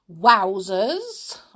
Wowzers